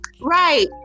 right